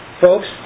Folks